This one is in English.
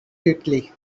quickly